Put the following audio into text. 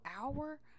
hour